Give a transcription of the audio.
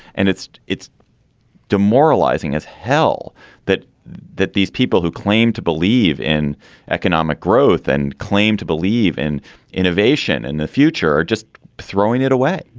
and it's it's demoralizing as hell that that these people who claim to believe in economic growth and claim to believe in innovation in the future are just throwing it away.